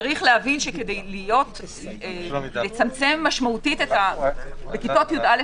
להבין שכדי לצמצם משמעותית - בכיתות י"א,